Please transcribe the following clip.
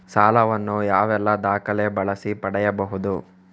ಸಾಲ ವನ್ನು ಯಾವೆಲ್ಲ ದಾಖಲೆ ಬಳಸಿ ಪಡೆಯಬಹುದು?